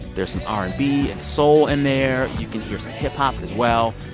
there's some r and b and soul in there. you can hear some hip-hop as well.